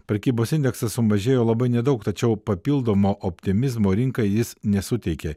prekybos indeksas sumažėjo labai nedaug tačiau papildomo optimizmo rinkai jis nesuteikė